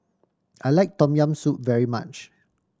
I like Tom Yam Soup very much